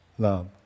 Love